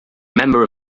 member